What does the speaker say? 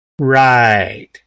Right